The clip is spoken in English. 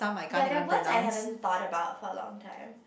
ya that words I haven't thought about for a long time